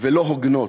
ולא הוגנות.